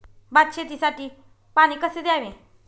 भात शेतीसाठी पाणी कसे द्यावे?